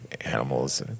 animals